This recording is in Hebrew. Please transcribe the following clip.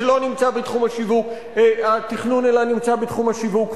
שלא נמצא בתחום התכנון אלא נמצא בתחום השיווק,